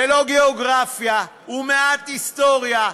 ולא גיאוגרפיה ומעט היסטוריה,